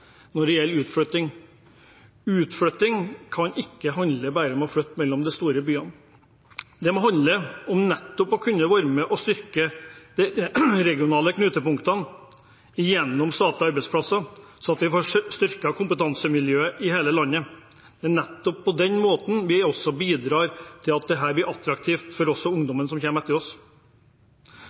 når det gjelder utflytting: Utflytting kan ikke bare handle om å flytte mellom de store byene. Det må handle om å kunne være med og styrke de regionale knutepunktene gjennom statlige arbeidsplasser, så vi får styrket kompetansemiljøet i hele landet. Det er nettopp på den måten vi også bidrar til at dette blir attraktivt for oss og ungdommen som kommer etter oss.